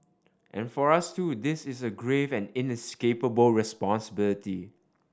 and for us too this is a grave and inescapable responsibility